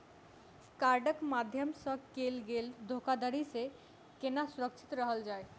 कार्डक माध्यम सँ कैल गेल धोखाधड़ी सँ केना सुरक्षित रहल जाए?